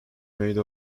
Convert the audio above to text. made